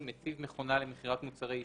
(2)מציב מכונה למכירת מוצרי עישון,